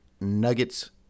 Nuggets